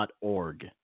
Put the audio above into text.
org